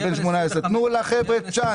תנו לחבר'ה צ'אנס.